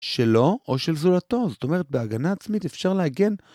שלו או של זולתו, זאת אומרת, בהגנה עצמית אפשר להגיע